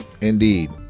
Indeed